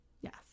yes